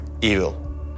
evil